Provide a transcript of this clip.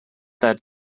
that